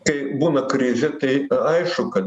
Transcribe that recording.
kai būna krizė tai aišku kad